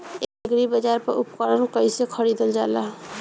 एग्रीबाजार पर उपकरण कइसे खरीदल जाला?